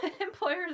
employers